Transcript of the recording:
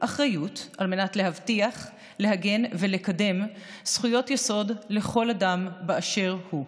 על מנת להבטיח להגן ולקדם זכויות יסוד לכל אדם באשר הוא.